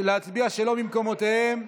להצביע שלא במקומותיהם.